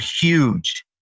huge